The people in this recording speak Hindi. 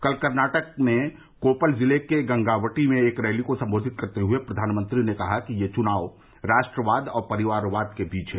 कल कर्नाटक में कोपल जिले के गंगावटी में एक रैली को संबोधित करते हुए प्रधानमंत्री ने कहा ये चुनाव राष्ट्रवाद और परिवारवाद के बीच का है